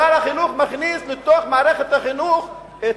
שר החינוך מכניס לתוך מערכת החינוך את